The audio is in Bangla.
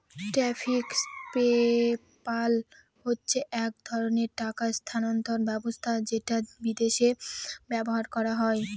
ট্যারিফ পেপ্যাল হচ্ছে এক ধরনের টাকা স্থানান্তর ব্যবস্থা যেটা বিদেশে ব্যবহার করা হয়